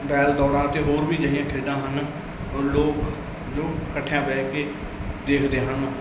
ਬੈਲ ਦੌੜਾਂ ਅਤੇ ਹੋਰ ਵੀ ਅਜਿਹੀਆਂ ਖੇਡਾਂ ਹਨ ਲੋਕ ਲੋਕ ਇਕੱਠਿਆਂ ਬਹਿ ਕੇ ਦੇਖਦੇ ਹਨ